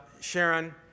Sharon